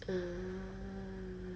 ah